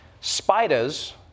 spiders